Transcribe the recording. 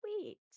sweet